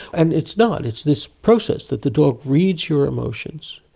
and it's not, it's this process that the dog reads your emotions,